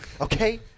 Okay